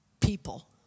people